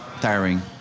tiring